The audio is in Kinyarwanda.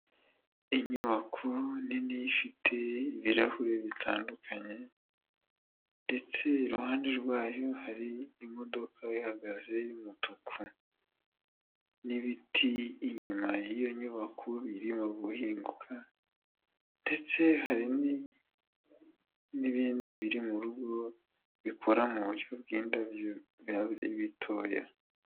Inyubako nini ifite ibirahure bitandukanye ndetse iruhande rwayo hari imodoka ihagaze y'umutuku n'ibiti inyuma y'iyo nyubako birimo guhinguka ndetse hari n'ibindi biri mu rugo bikora mu buryo bw'indabyo bitoya.